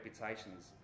reputations